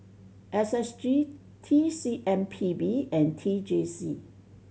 S S G T C M P B and T J C